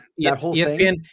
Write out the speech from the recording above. ESPN